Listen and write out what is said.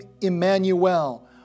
Emmanuel